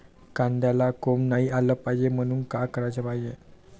कांद्याला कोंब नाई आलं पायजे म्हनून का कराच पायजे?